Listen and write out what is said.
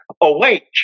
Awake